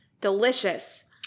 Delicious